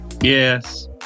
Yes